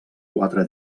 quatre